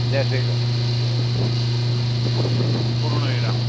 Jay Shri Krishna પૂર્ણવિરામ